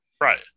Right